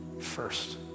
first